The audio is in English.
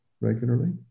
regularly